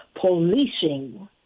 policing